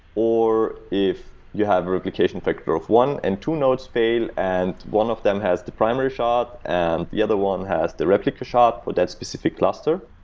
if you have a replication factor of one and two nodes fail and one of them has the primary shard and the other one has the replica shard for that specific cluster,